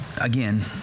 again